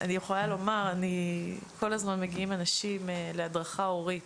אני יכולה לומר: כל הזמן מגיעים אנשים להדרכה הורית